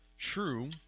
True